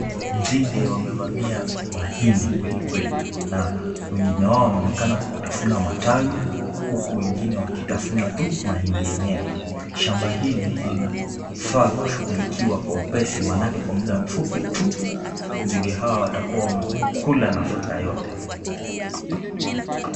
Nzige wamevamia mahindi kweli kweli na wengine wao wanaonekana kutafuna matawi, huku wengine wakitafuna tu mahindi yenyewe. Shamba hili linafaa kushughulikiwa kwa upesa maanake kwa mda mfupi tu, nzige hawa watakuwa wamekula nafaka yote.